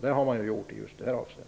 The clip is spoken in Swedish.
Det har den gjort i det här avseendet.